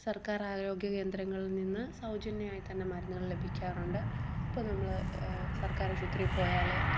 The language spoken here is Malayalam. സർക്കാരാരോഗ്യ കേന്ദ്രങ്ങളിൽ നിന്ന് സൗജന്യമായിത്തന്നെ മരുന്നുകൾ ലഭിക്കാറുണ്ട് ഇപ്പോൾ നമ്മൾ സർക്കാരാശുപത്രി പോയാൽ